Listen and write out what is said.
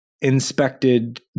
inspected